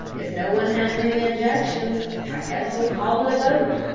if no one has any objections, i guess we'll call it a vote.